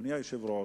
אדוני היושב-ראש,